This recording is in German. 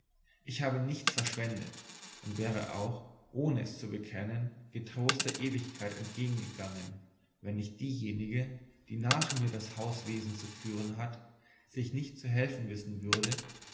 ich habe nichts verschwendet und wäre auch ohne es zu bekennen getrost der ewigkeit entgegengegangen wenn nicht diejenige die nach mir das hauswesen zu führen hat sich nicht zu helfen wissen würde